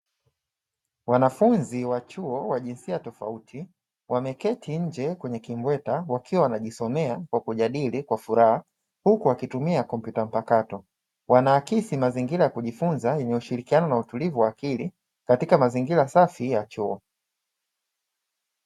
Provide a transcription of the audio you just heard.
Wanafunzi wa chuo wa jinsia tofauti wameketi nje kwenye kimbweta wakiwa wanajisomea wakijadili kwa furaha, huku wakitumia kompyuta mpakato. Wanaakisi mazingira ya kujifunza yenye ushirikiano na utulivu wa akili katika mazingira safi ya chuo.